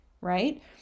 right